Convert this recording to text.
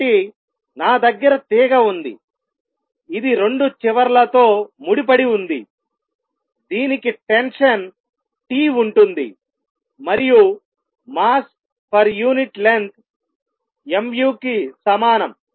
కాబట్టి నా దగ్గర తీగ ఉంది ఇది 2 చివరలతో ముడిపడి ఉంది దీనికి టెన్షన్ T ఉంటుంది మరియు mass per unit length mu కి సమానం